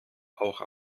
auch